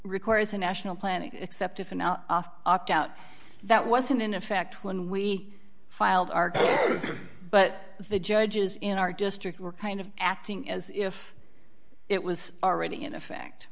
requires a national plan except if an opt out that wasn't in effect when we filed our case but the judges in our district were kind of acting as if it was already in